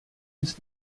nic